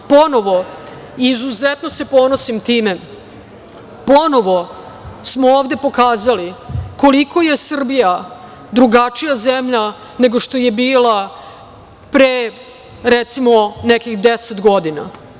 Ponovo, izuzetno se ponosim time, ponovo smo ovde pokazali koliko je Srbija drugačija zemlja nego što je bila pre recimo, nekih 10 godina.